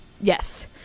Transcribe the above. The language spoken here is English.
Yes